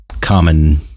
common